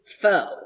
foe